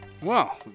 Wow